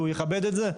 שהוא יכבד את זה?